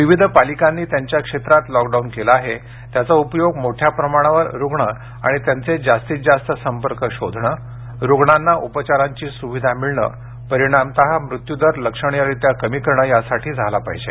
विविध पालिकांनी त्यांच्या क्षेत्रात लॉकडाऊन केले आहे त्याचा उपयोग मोठ्या प्रमाणावर रुग्ण आणि त्यांचे जास्तीत जास्त संपर्क शोधणे रुग्णांना उपचारांची सुविधा मिळणे परिणामत मृत्यू दर लक्षणीयरित्या कमी करणे यासाठी झाला पाहिजे